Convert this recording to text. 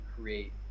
create